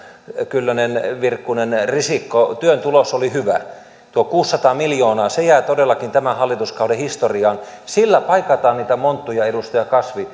kyllönen virkkunen risikko työn tulos oli hyvä tuo kuusisataa miljoonaa jää todellakin tämän hallituskauden historiaan sillä paikataan niitä monttuja edustaja kasvi